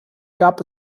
gab